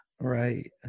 Right